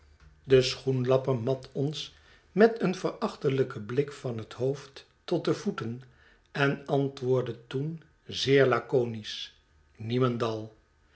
de schoenlapper mat ons met een verachtelijken blik van het hoofd tot de voeten en antwoordde toen zeer laconisch niemendal